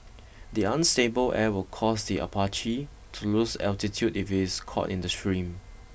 the unstable air will cause the Apache to lose altitude if it is caught in the stream